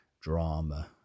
drama